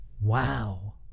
wow